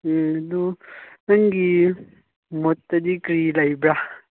ꯎꯝ ꯑꯗꯨ ꯅꯪꯒꯤ ꯃꯣꯠꯇꯗꯤ ꯀꯔꯤ ꯂꯩꯕ꯭ꯔꯥ